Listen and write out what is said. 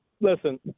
listen –